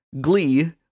Glee